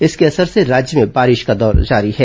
इसके असर से राज्य में बारिश का दौर जारी है